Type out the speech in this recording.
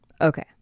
Okay